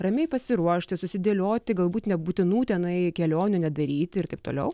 ramiai pasiruošti susidėlioti galbūt nebūtinų tenai kelionių nedaryti ir taip toliau